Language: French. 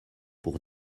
pour